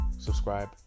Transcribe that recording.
Subscribe